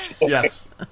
Yes